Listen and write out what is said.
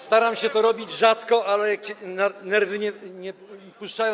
Staram się to robić rzadko, ale nerwy czasami puszczają.